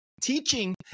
Teaching